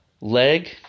leg